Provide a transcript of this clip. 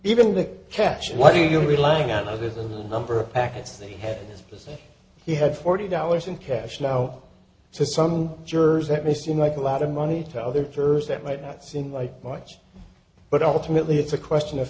to catch what are you relying on other than the number of packets they had to say he had forty dollars in cash now to some jurors that may seem like a lot of money to other ters that might not seem like much but ultimately it's a question of